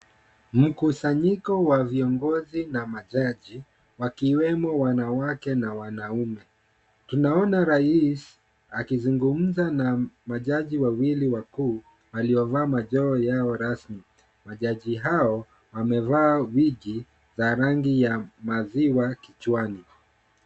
Mkusanyiko wa viongozi na majaji wakiwemo wanawake na wanaume. Tunaona rais akizungumza na majaji wawili wakuu waliovaa majoho yao rasmi. Majaji hao wamevaa wigi za rangi ya maziwa kichwani.